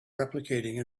replicating